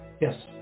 Yes